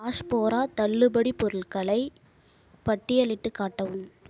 ஷ் போரா தள்ளுபடிப் பொருட்களை பட்டியலிட்டுக் காட்டவும்